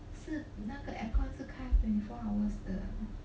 是那个 air concert kind of twenty four hours